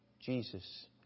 Jesus